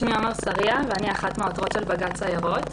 שמי עמר סריה ואני אחת מן העותרות של בג"ץ הסיירות.